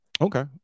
Okay